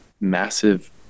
massive